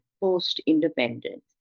post-independence